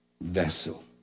vessel